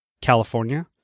California